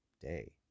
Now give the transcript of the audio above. day